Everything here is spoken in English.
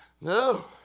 No